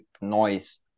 noise